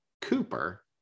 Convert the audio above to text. Cooper